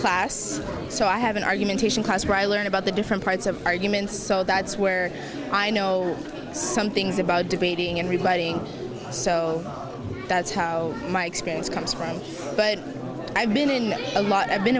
class so i haven't argumentation class where i learned about the different parts of arguments so that's where i know some things about debating everybody so that's how my experience comes from but i've been in a lot i've been